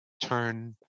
turn-